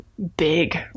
big